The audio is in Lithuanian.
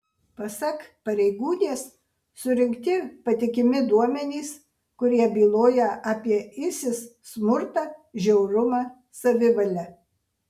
pasak pareigūnės surinkti patikimi duomenys kurie byloja apie isis smurtą žiaurumą savivalę